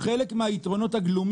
הדיון דיון עקר,